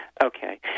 Okay